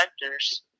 directors